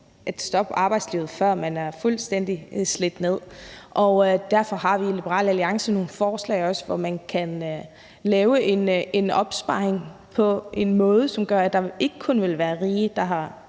at stoppe sit arbejdsliv, før man er fuldstændig slidt ned. Derfor har vi også i Liberal Alliance nogle forslag til, at man kan lave en opsparing på en måde, som gør, at det ikke kun ville være de rige, der havde